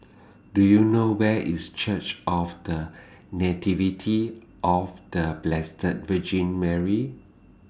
Do YOU know Where IS Church of The Nativity of The Blessed Virgin Mary